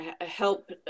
help